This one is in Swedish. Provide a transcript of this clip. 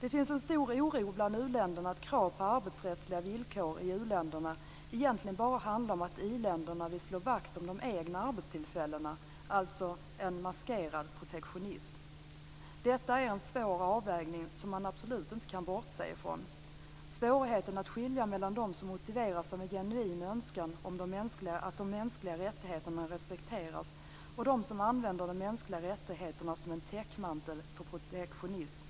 Det finns en stor oro bland u-länderna för att krav på arbetsrättsliga villkor i u-länderna egentligen bara handlar om att i-länderna vill slå vakt om de egna arbetstillfällena, alltså en maskerad protektionism. Detta är en svår avvägning som man absolut inte kan bortse ifrån. Svårigheten är att skilja mellan dem som motiveras av en genuin önskan att de mänskliga rättigheterna respekteras och de som använder de mänskliga rättigheterna som en täckmantel för protektionism.